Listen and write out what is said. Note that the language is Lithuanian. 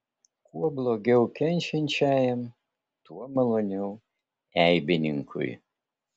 kuo blogiau kenčiančiajam tuo maloniau eibininkui